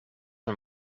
een